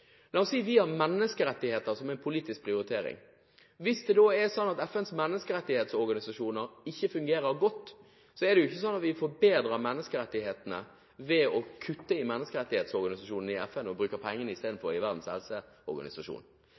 La oss si vi har menneskerettigheter som en politisk prioritering. Hvis det da er slik at FNs menneskerettighetsorganisasjon ikke fungerer godt, så forbedrer vi jo ikke menneskerettighetene ved å kutte i FNs menneskerettighetsorganisasjon og i stedet bruker pengene i Verdens helseorganisasjon.